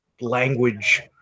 language